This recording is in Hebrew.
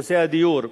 נושא הדיור,